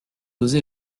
osé